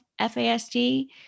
FASD